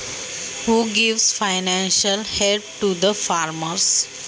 शेतकऱ्यांना आर्थिक मदत कोण करते?